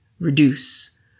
reduce